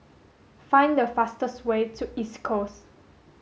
find the fastest way to East Coast